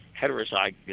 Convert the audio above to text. heterozygous